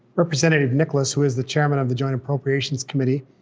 representative nicholas, who is the chairman of the joint appropriations committee,